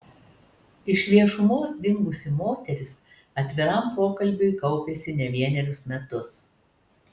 iš viešumos dingusi moteris atviram pokalbiui kaupėsi ne vienerius metus